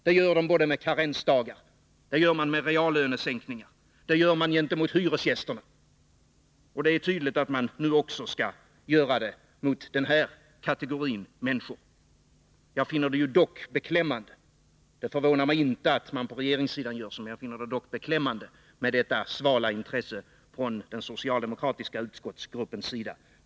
Det gör man med karensdagar, med reallönesänkningar, gentemot hyresgästerna och nu tydligen också mot den kategori av människor som jag här har tagit upp. Det förvånar mig inte att man gör detta på regeringssidan, men jag finner det svala intresset från den socialdemokratiska utskottsgruppens sida beklämmande.